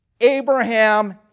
Abraham